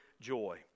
joy